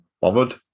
bothered